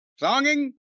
Songing